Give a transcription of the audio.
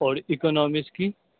اور اکنامکس کی